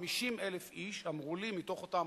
450,000 איש, אמרו לי, מתוך אותם